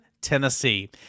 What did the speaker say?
Tennessee